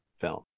film